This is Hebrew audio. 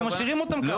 אנחנו משאירים אותם ככה.